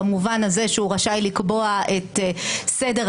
במובן הזה שהוא רשאי לקבוע את סדר-היום,